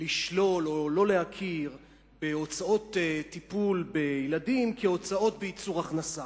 לשלול או לא להכיר בהוצאות טיפול בילדים כהוצאות בייצור הכנסה.